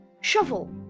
shovel